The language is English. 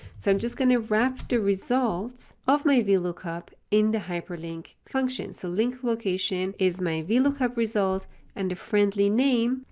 so i'm just going to wrap the results of my vlookup in the hyperlink function. so link location is my vlookup result and a friendly name.